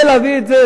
ולהביא את זה,